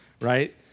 right